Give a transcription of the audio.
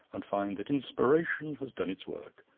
and find that inspiration has done its work.